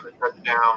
touchdown